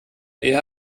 eher